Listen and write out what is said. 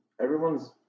Everyone's